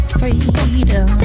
freedom